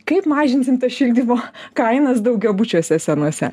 kaip mažinsim tas šildymo kainas daugiabučiuose senuose